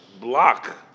block